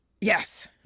Yes